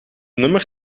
nummer